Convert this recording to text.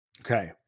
okay